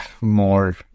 more